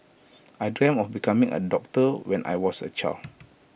I dreamt of becoming A doctor when I was A child